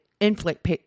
inflict